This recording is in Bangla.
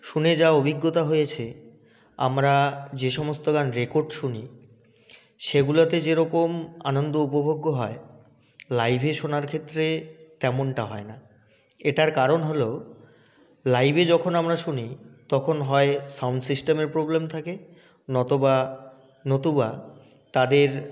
শুনে যা অভিজ্ঞতা হয়েছে আমরা যে সমস্ত গান রেকর্ড শুনি সেগুলোতে যেরকম আনন্দ উপভোগ্য হয় লাইভে শোনার ক্ষেত্রে তেমনটা হয় না এটার কারণ হল লাইভে যখন আমরা শুনি তখন হয় সাউন্ড সিস্টেমের প্রবলেম থাকে নতবা নতুবা তাদের